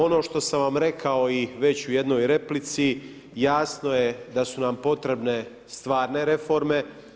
Ono što sam vam rekao i već u jednoj replici, jasno je da su nam potrebne stvarne reforme.